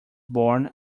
born